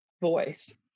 voice